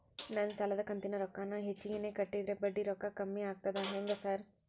ನಾನ್ ಸಾಲದ ಕಂತಿನ ರೊಕ್ಕಾನ ಹೆಚ್ಚಿಗೆನೇ ಕಟ್ಟಿದ್ರ ಬಡ್ಡಿ ರೊಕ್ಕಾ ಕಮ್ಮಿ ಆಗ್ತದಾ ಹೆಂಗ್ ಸಾರ್?